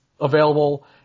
available